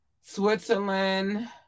Switzerland